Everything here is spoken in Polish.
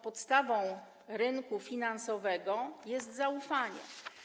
Podstawą rynku finansowego jest zaufanie.